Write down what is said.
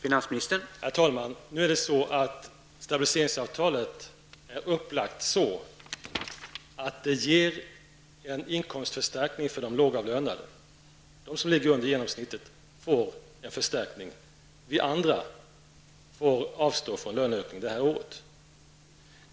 Herr talman! Stabiliseringsavtalet är upplagt så, att det ger en inkomstförstärkning för de lågavlönade. De som befinner sig under genomsnittet får en förstärkning, vi andra får avstå från en löneökning det här året.